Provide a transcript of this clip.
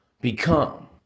become